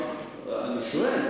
אני שואל.